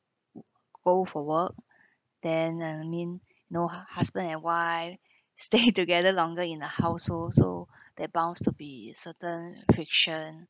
go for work then uh I mean no husband and wife stayed together longer in the household so they bound to be certain friction